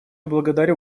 благодарю